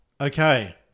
Okay